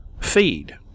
feed